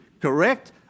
correct